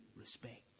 respect